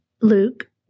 Luke